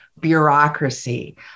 bureaucracy